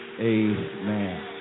amen